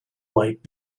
light